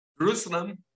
Jerusalem